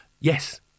Yes